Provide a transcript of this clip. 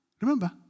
remember